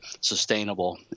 sustainable